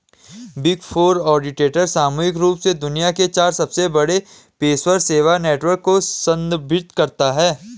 big four auditor सामूहिक रूप से दुनिया के चार सबसे बड़े पेशेवर सेवा नेटवर्क को संदर्भित करता है